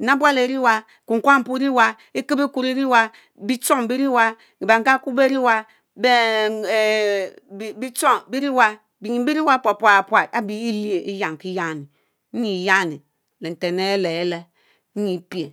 Enabuelle Ering Ekukna Exie lee mpurr Exiwa Ikep-Equorr Erina bitchong wising bengaku bee-riwa mhee ehh bitchong biriwa binyin birina pus pra pust abitie lieh Lyamkiyani lenten leyele leyiele Enyipieh